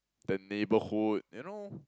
the neighbourhood you know